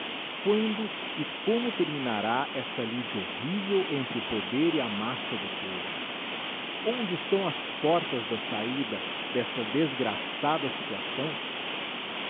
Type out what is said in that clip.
quando e como terminará esta lide horrivel entre o poder e a massa do povo onde estão as portas da sabida desta desgraçada situação